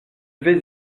vais